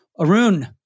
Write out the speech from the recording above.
Arun